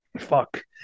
Fuck